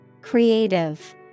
Creative